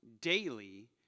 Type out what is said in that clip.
daily